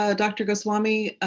ah dr. goswami,